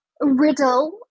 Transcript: riddle